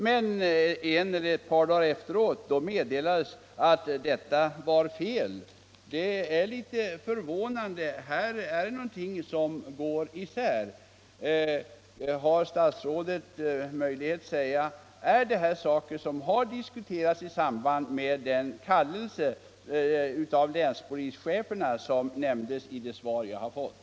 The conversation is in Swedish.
Men en eller ett par dagar senare meddelades att detta var fel. Det är litet förvånande med dessa uppgifter som går isär. Har statsrådet möjlighet att ge besked om detta har diskuterats i samband med den kallelse till vissa länspolischefer som nämns i det svar som jag fått?